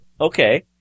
Okay